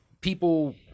people